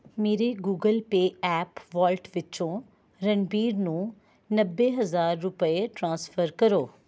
ਮੇਰੇ Google Pay app wallet ਵਿੱਚੋਂ ਰਣਬੀਰ ਨੂੰ ਨੱਬੇ ਹਜ਼ਾਰ ਰੁਪਏ ਟ੍ਰਾਂਸਫਰ ਕਰੋ